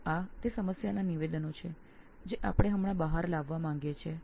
તો આ સમસ્યાના નિવેદનો છે જે અત્યારે આપણે સમક્ષ લાવવા ઇચ્છીએ છીએ